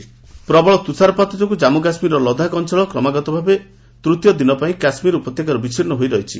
weather JK Ladakh ପ୍ରବଳ ତୁଷାରପାତ ଯୋଗୁଁ ଜାନ୍ମୁ କାଶ୍କୀରର ଲଦାଖ ଅଞ୍ଚଳ କ୍ରମାଗତ ଭାବେ ତୂତୀୟ ଦିନ ପାଇଁ କାଶ୍ମୀର ଉପତ୍ୟକାରୁ ବିଚ୍ଛିନ୍ନ ହୋଇରହିଛି